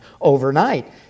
overnight